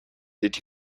did